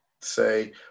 say